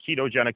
ketogenic